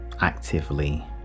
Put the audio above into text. actively